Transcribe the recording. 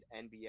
NBA